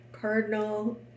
Cardinal